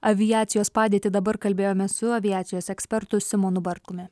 aviacijos padėtį dabar kalbėjomės su aviacijos ekspertu simonu bartkumi